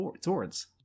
swords